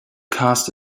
cast